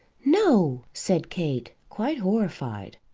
no! said kate, quite horrified.